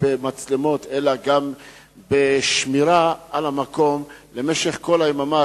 במצלמות אלא גם בשמירה על המקום במשך כל היממה,